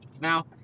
now